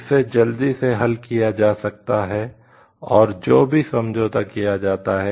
इसे जल्दी से हल किया जा सकता है और जो भी समझौता किया जाता है